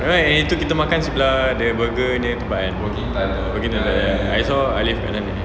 right yang hari tu kita makan sebelah the burger nya tempat kan working title ya ya I saw alif kat sana